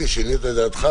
אלי, שינית את דעתך?